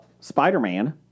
Spider-Man